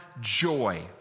joy